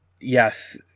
Yes